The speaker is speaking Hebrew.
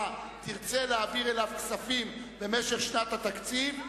תרצה להעביר אליו כספים במשך שנת התקציב.